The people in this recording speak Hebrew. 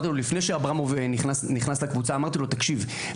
לפני שאברמוב נכנס לקבוצה אמרתי לו: תקשיב,